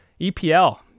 epl